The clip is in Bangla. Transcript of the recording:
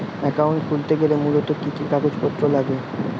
অ্যাকাউন্ট খুলতে গেলে মূলত কি কি কাগজপত্র লাগে?